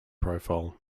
profile